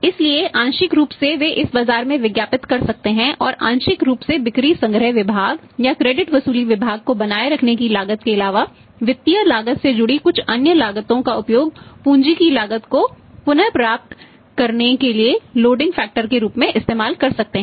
इसलिए आंशिक रूप से वे इसे बाजार में विज्ञापित कर सकते हैं और आंशिक रूप से बिक्री संग्रह विभाग या क्रेडिट के रूप में इस्तेमाल कर सकते हैं